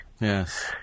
Yes